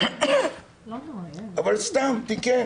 סתם תיקן